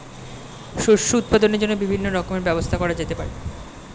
শস্য উৎপাদনের জন্য বিভিন্ন রকমের ব্যবস্থা করা যেতে পারে